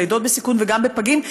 בלידות בסיכון וגם הפגים,